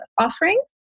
offering